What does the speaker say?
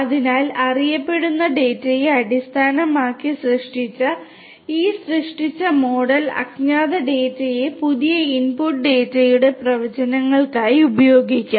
അതിനാൽ അറിയപ്പെടുന്ന ഡാറ്റയെ അടിസ്ഥാനമാക്കി സൃഷ്ടിച്ച ഈ സൃഷ്ടിച്ച മോഡൽ അജ്ഞാത ഡാറ്റയായ പുതിയ ഇൻപുട്ട് ഡാറ്റയുടെ പ്രവചനങ്ങൾക്കായി ഉപയോഗിക്കും